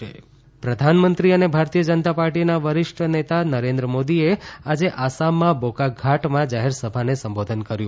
આસામ યૂંટણી પ્રધાનમંત્રી અને ભારતીય જનતા પાર્ટીના વરિષ્ઠ નેતા નરેન્દ્ર મોદી એ આજે આસામમાં બોકાખાટમાં જાહેરસભાને સંબોધન કર્યું